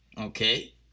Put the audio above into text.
Okay